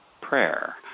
prayer